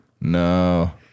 No